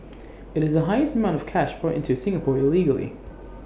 IT is the highest amount of cash brought into Singapore illegally